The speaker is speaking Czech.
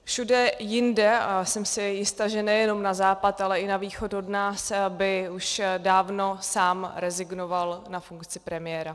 Všude jinde, a jsem si jista, že nejenom na západ, ale i na východ od nás, by už dávno sám rezignoval na funkci premiéra.